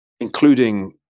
including